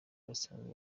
basanzwe